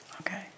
okay